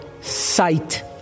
sight